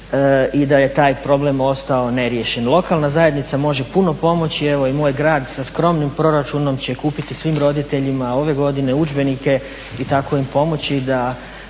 i da je taj problem ostao neriješen. Lokalna zajednica može puno pomoći i moj grad sa skromnim proračunom će kupiti svim roditeljima ove godine udžbenike i tako im pomoći